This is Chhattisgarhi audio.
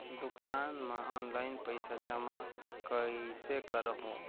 दुकान म ऑनलाइन पइसा जमा कइसे करहु?